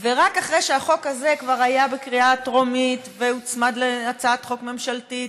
רק אחרי שהחוק הזה כבר היה בקריאה טרומית והוצמד להצעת חוק ממשלתית